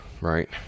right